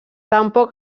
tampoc